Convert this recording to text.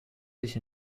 sich